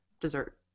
dessert